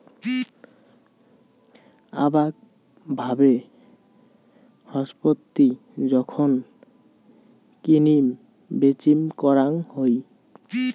আরাক ভাবে ছম্পত্তি যখন কিনিম বেচিম করাং হই